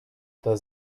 does